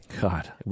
God